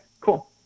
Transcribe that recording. cool